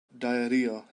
diarrhea